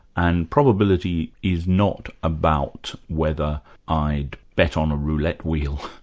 and probability is not about whether i'd bet on a roulette wheel,